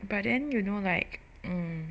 but then you know like mm